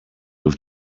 your